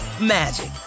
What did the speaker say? magic